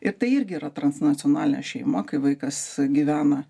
ir tai irgi yra transnacionalinė šeima kai vaikas gyvena